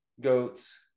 goats